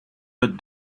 but